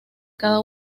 cada